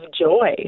joy